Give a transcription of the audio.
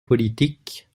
politiques